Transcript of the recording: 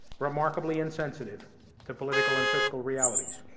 remarkably insensitive to political and fiscal realities.